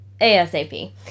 ASAP